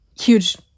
huge